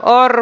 aarre